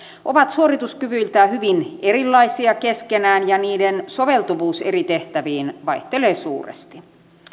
ovat suorituskyvyiltään hyvin erilaisia keskenään ja niiden soveltuvuus eri tehtäviin vaihtelee suuresti